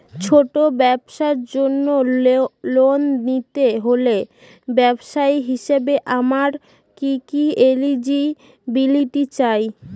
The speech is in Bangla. ছোট ব্যবসার জন্য লোন নিতে হলে ব্যবসায়ী হিসেবে আমার কি কি এলিজিবিলিটি চাই?